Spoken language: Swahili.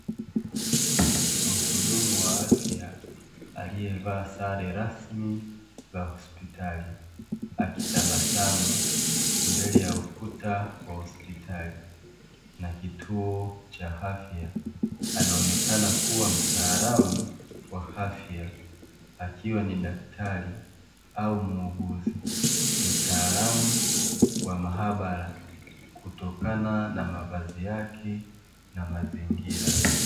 Muhudumu wa afya aliyevaa sare rasmi za hospitali akitabasamu mbele ya ukuta wa hospitali na kituo cha afya, anaonekana kuwa mtaalamu wa afya, akiwa ni daktari au muuguzi, mtaalamu wa maabara kutokana na mavazi yake na mazingira.